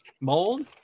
mold